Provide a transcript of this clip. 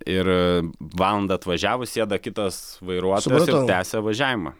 ir valandą atvažiavus sėda kitas vairuotojas tęsia važiavimą